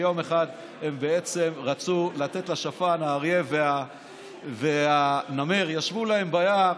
יום אחד האריה והנמר ישבו להם ביער.